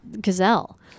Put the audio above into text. gazelle